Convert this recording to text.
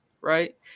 right